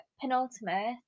penultimate